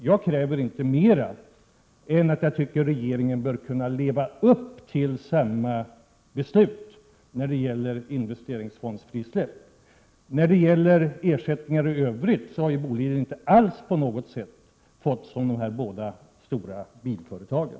Jag kräver inte mer än att regeringen skall kunna leva upp till samma beslut då det gäller frisläppande avinvesteringsfonder. När det gäller ersättningar i övrigt har Boliden inte alls fått lika mycket som de båda stora bilföretagen.